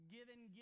Given